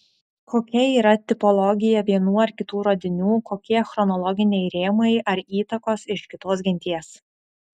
kokia yra tipologija vienų ar kitų radinių kokie chronologiniai rėmai ar įtakos iš kitos genties